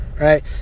right